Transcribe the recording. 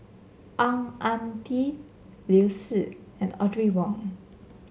Ang Ah Tee Liu Si and Audrey Wong